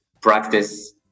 practice